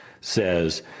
says